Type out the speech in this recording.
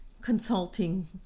consulting